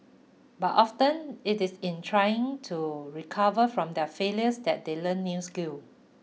but often it is in trying to recover from their failures that they learn new skills